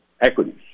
equities